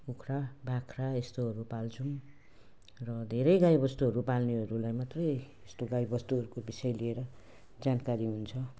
कुखुरा बाख्रा यस्तोहरू पाल्छौँ र धेरै गाईबस्तुहरू पाल्नेहरूलाई मात्रै यस्तो गाईबस्तुहरूको विषय लिएर जानकारी हुन्छ